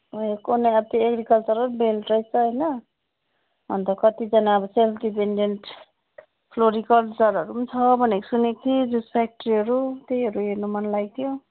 ए कोनि अब त्यो एग्रिकल्चरल बेल्ट रहेछ होइन अन्त कतिजना अब सेल्फ डिपेन्डेन्ट फ्लोरिकल्चरहरू पनि छ भनेको सुनेको थिएँ जुस फ्याक्ट्रीहरू छ त्योहरू हेर्न मनलागेको थियो